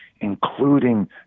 including